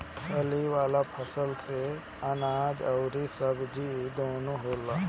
फली वाला फसल से अनाज अउरी सब्जी दूनो होला